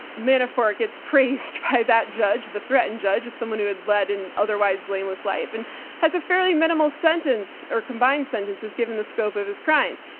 manafort gets praised by that judge, the threatened judge, as someone who had led an otherwise blameless life and has a fairly minimal sentence or combined sentences given the scope of his crimes.